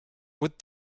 would